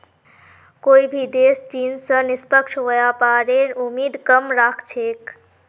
कोई भी देश चीन स निष्पक्ष व्यापारेर उम्मीद कम राख छेक